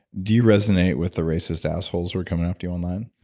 do you resonate with the racist assholes who were coming after you online?